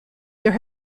there